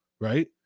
right